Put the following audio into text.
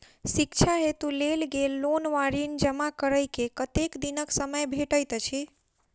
शिक्षा हेतु लेल गेल लोन वा ऋण जमा करै केँ कतेक दिनक समय भेटैत अछि?